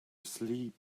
asleep